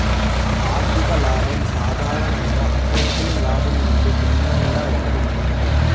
ఆర్థిక లాభం సాధారణంగా అకౌంటింగ్ లాభం నుండి భిన్నంగా ఉంటుంది